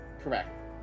Correct